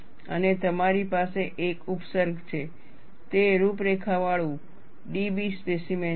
અને તમારી પાસે એક ઉપસર્ગ છે તે રૂપરેખાવાળું DB સ્પેસીમેન છે